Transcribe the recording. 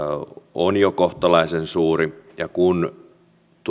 on jo kohtalaisen suuri ja kun